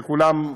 וכולם,